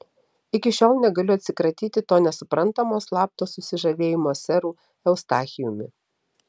iki šiol negaliu atsikratyti to nesuprantamo slapto susižavėjimo seru eustachijumi